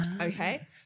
okay